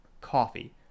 coffee